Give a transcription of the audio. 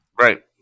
Right